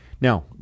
Now